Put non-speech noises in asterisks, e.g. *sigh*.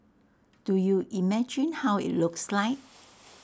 do you imagine how IT looks like *noise*